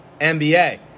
NBA